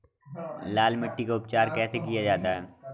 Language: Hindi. लाल मिट्टी का उपचार कैसे किया जाता है?